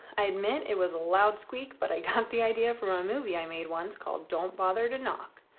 i admit it was a loud squeak but i got the idea from a movie i made once called don't bother to knock,